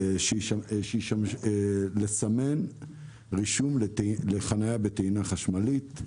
לסמן אזורים שונים לחניה בטעינה חשמלית.